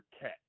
cat